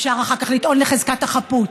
אפשר לטעון אחר כך לחזקת החפות,